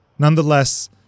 Nonetheless